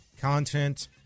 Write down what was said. content